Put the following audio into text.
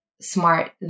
smart